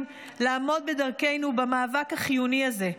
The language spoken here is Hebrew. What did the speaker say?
לעמוד בדרכנו במאבק החיוני הזה.